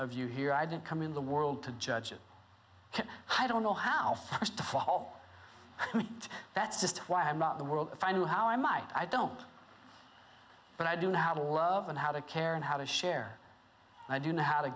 of you here i didn't come in the world to judge you i don't know how to fall that's just why i'm out the world if i knew how i might i don't but i do know how to love and how to care and how to share i do know how to